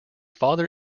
father